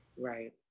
Right